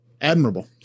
admirable